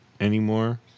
anymore